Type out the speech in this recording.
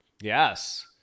Yes